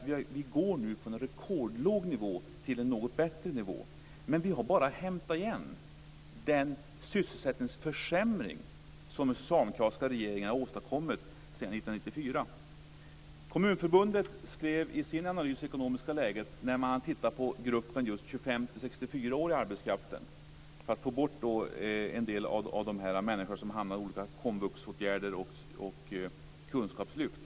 Vi går nu från en rekordlåg nivå till en något bättre nivå, men problemet är att vi bara har hämtat igen den sysselsättningsförsämring som den socialdemokratiska regeringen har åstadkommit sedan 1994. Kommunförbundet har i en analys av det ekonomiska läget tittat på åldersgruppen 25-64 år i arbetskraften, detta för att få bort en del av de människor som hamnat i olika komvuxåtgärder och kunskapslyft.